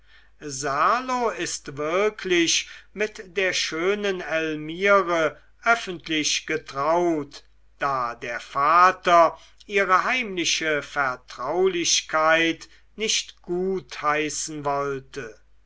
serlo ist wirklich mit der schönen elmire öffentlich getraut da der vater ihre heimliche vertraulichkeit nicht gutheißen wollte